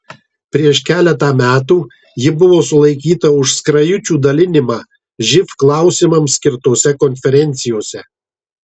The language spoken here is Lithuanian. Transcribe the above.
prieš keletą metų ji buvo sulaikyta už skrajučių dalinimą živ klausimams skirtose konferencijose